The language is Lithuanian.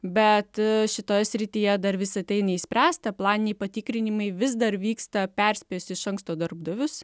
bet šitoj srityje dar visa tai neišspręsta planiniai patikrinimai vis dar vyksta perspės iš anksto darbdavius